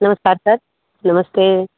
नमस्कार सर नमस्ते